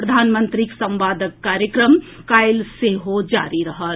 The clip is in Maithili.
प्रधानमंत्रीक संवादक कार्यक्रम काल्हि सेहो जारी रहत